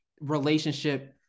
relationship